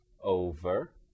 over